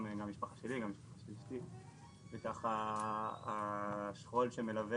גם המשפחה שלי וגם המשפחה של אשתי וככה השכול שמלווה